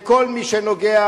לכל מי שנוגע,